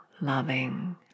loving